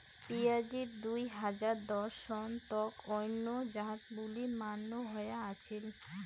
পিঁয়াজিত দুই হাজার দশ সন তক অইন্য জাত বুলি মান্য হয়া আছিল